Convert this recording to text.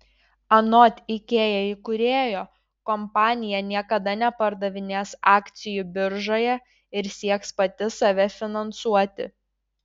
anot ikea įkūrėjo kompanija niekada nepardavinės akcijų biržoje ir sieks pati save finansuoti